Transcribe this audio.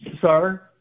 Sir